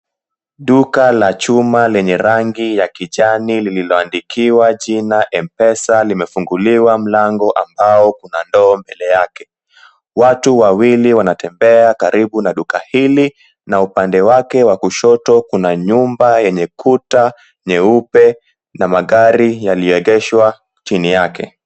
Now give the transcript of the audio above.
Duka la chuma lenye rangi ya kijani lililoandikiwa jina M-pesa, limefunguliwa mlango ambao kuna ndo mbele yake. Watu wawili wanatembea karibu na duka hili, na upande wake wa kushoto kuna nyumba yenye kuta nyeupe, na magari yaliyogeshwa chini yake.